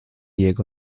jego